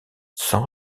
sans